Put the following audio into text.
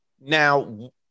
Now